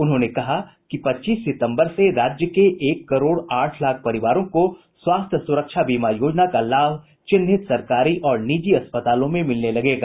उन्होंने कहा कि पच्चीस सितम्बर से राज्य के एक करोड़ आठ लाख परिवारों को स्वास्थ्य सुरक्षा बीमा योजना का लाभ चिन्हित सरकारी और निजी अस्पतालों में मिलने लगेगा